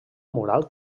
mural